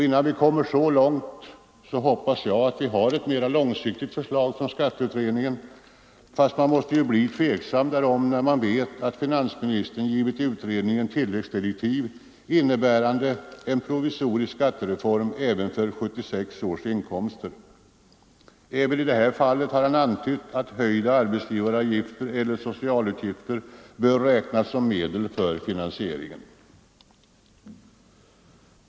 Innan vi kommer så långt hoppas jag att vi har ett mera långsiktigt förslag från skatteutredningen, fast man måste bli tveksam därom när man vet att finansministern givit utredningen tilläggsdirektiv, innebärande en provisorisk skattereform även för 1976 års inkomster. Även i detta fall har man antytt att höjda arbetsgivaravgifter eller socialutgifter bör räknas som medel för finansieringen.